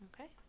okay